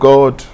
God